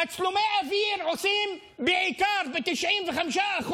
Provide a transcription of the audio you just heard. תצלומי אוויר עושים בכל חודש בעיקר, ב-95%,